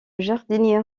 jardinier